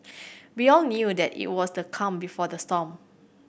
we all knew that it was the calm before the storm